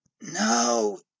No